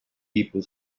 people